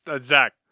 Zach